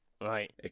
Right